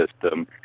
system